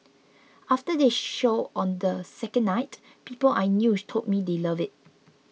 after the show on the second night people I knew told me they loved it